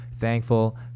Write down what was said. thankful